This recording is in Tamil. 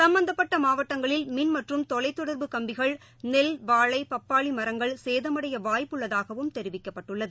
சும்பந்தபட்டமாவட்டங்களில் மின் மற்றுமதொலைத் தொடர்பு கம்பிகள் நெல் வாழைபப்பாளிமரங்கள் சேதமடையவாய்ப்புள்ளதாகவும் தெரிவிக்கப்பட்டுளளது